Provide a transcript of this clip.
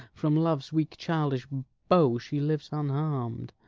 from love's weak childish bow she lives unharm'd.